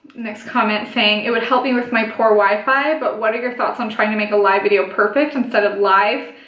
next comment thing it would help me with my poor wifi but what are your thoughts on trying to make a live video perfect instead of live?